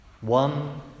One